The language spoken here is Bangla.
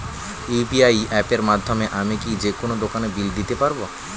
ইউ.পি.আই অ্যাপের মাধ্যমে আমি কি যেকোনো দোকানের বিল দিতে পারবো?